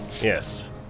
Yes